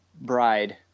bride